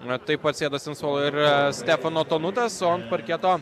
taip pat sėdosi ant suolo ir stefono tonutas o ant parketo